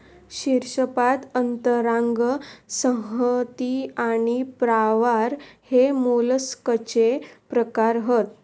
शीर्शपाद अंतरांग संहति आणि प्रावार हे मोलस्कचे प्रकार हत